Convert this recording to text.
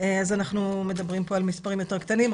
אז אנחנו מדברים פה על מספרים יותר קטנים,